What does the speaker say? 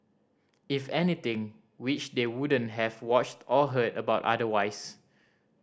if anything which they wouldn't have watched or heard about otherwise